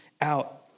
out